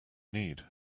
need